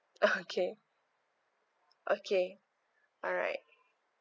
okay okay alright